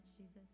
Jesus